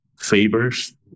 favors